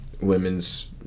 women's